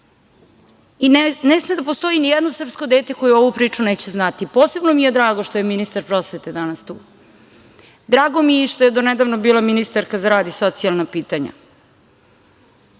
I ne sme da postoji nijedno srpsko dete koje ovu priču neće znati. Posebno mi je drago što je ministar prosvete danas tu. Drago mi je i što je donedavno bila ministarka za rad i socijalna pitanja.